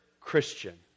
Christian